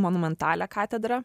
monumentalią katedrą